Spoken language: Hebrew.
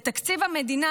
בתקציב המדינה,